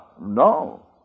No